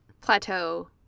plateau